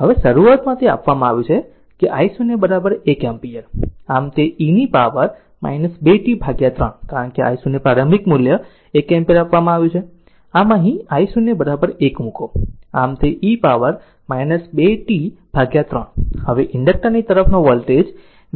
હવે શરૂઆતમાં તે આપવામાં આવ્યું છે કે I0 1 એમ્પીયર આમ તે e પાવર પર 2 t 3 કારણ કે I0 પ્રારંભિક મૂલ્ય 1 એમ્પીયર આપવામાં આવ્યું છે આમ અહીં I0 1 મુકો આમ તે e પાવર 2 t 3 હવે ઇન્ડક્ટર ની તરફ વોલ્ટેજ